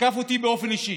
ותקף אותי באופן אישי,